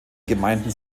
gemeinden